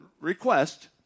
request